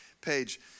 page